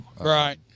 Right